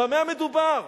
במה מדובר?